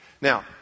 Now